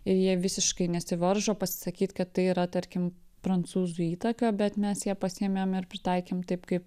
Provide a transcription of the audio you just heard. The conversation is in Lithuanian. ir jie visiškai nesivaržo pasisakyt kad tai yra tarkim prancūzų įtaka bet mes ją pasiėmėm ir pritaikėm taip kaip